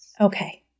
Okay